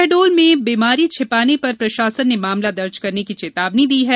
शहडोल में बीमारी छिपाने पर प्रशासन ने मामला दर्ज करने की चेतावनी दी है